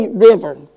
River